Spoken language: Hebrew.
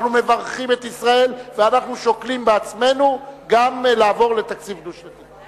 אנחנו מברכים את ישראל ואנחנו שוקלים בעצמנו גם לעבור לתקציב דו-שנתי.